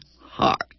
Heart